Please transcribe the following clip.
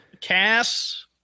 Cass